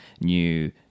new